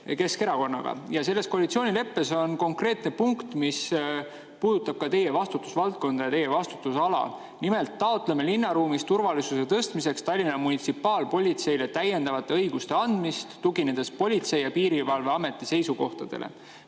Keskerakonnaga ja koalitsioonileppes on konkreetne punkt, mis puudutab ka teie vastutusvaldkonda ja teie vastutusala. Nimelt taotleme [me] linnaruumis turvalisuse tõstmiseks Tallinna munitsipaalpolitseile täiendavate õiguste andmist, tuginedes Politsei- ja Piirivalveameti seisukohtadele.